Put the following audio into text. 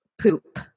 poop